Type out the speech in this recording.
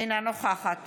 אינה נוכחת